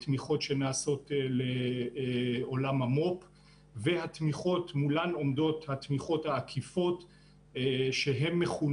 תמיכות שנעשות לעולם המו"פ; מולן עומדות התמיכות העקיפות שמכונות: